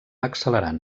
accelerant